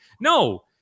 no